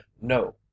No